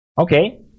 Okay